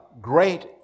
great